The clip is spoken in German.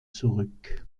zurück